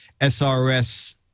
SRS